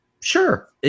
sure